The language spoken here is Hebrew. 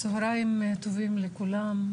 צוהריים טובים לכולם.